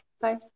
Bye